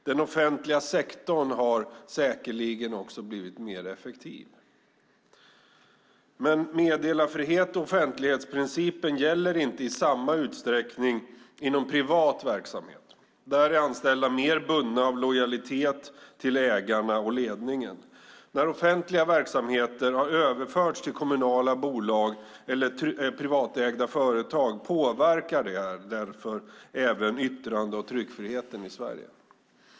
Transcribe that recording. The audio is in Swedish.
Den offentliga sektorn har säkerligen också blivit mer effektiv. Meddelarfriheten och offentlighetsprincipen gäller dock inte i samma utsträckning inom privat verksamhet. Där är anställda mer bundna av lojalitet till ägarna och ledningen. När offentliga verksamheter har överförts till kommunala bolag eller privatägda företag påverkar det därför även yttrande och tryckfriheten i Sverige.